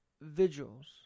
vigils